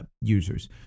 users